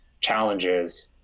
challenges